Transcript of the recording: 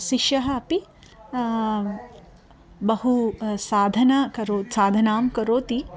शिष्यः अपि बहु साधनां करोति साधनां करोति